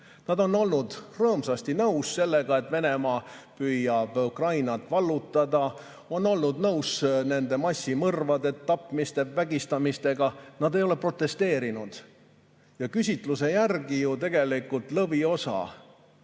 Nad on olnud rõõmsasti nõus sellega, et Venemaa püüab Ukrainat vallutada, on olnud nõus nende massimõrvade, tapmiste, vägistamistega. Nad ei ole protesteerinud. Küsitluse järgi ju tegelikult lõviosa,